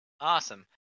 Awesome